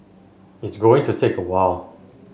it's going to take a while